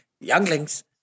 Younglings